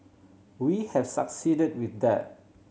we have succeeded with that